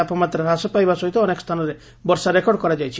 ତାପମାତ୍ରା ହ୍ରାସ ପାଇବା ସହିତ ଅନେକ ସ୍ଥାନରେ ବର୍ଷା ରେକର୍ଡ କରାଯାଇଛି